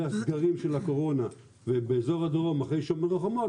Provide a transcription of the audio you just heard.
הסגרים של הקורונה ובאזור הדרום אחרי שומר החומות